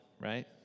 right